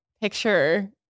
picture